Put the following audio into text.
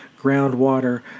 groundwater